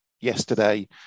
yesterday